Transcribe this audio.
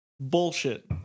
bullshit